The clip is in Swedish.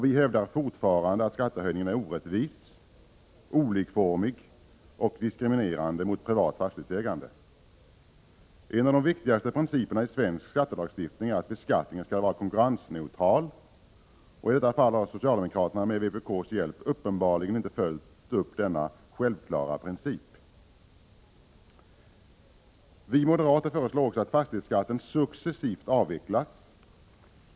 Vi hävdar fortfarande att skattehöjningen är orättvis, olikformig och diskriminerande mot privat fastighetsägande. En av de viktigaste principerna i svensk skattelagstiftning är att beskattningen skall vara konkurrensneutral. I detta fall har socialdemokraterna, som stöds av vpk, uppenbarligen inte följt denna självklara princip. Vi moderater föreslår också att fastighetsskatten successivt avvecklas.